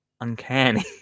Uncanny